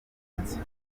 atanze